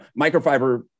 microfiber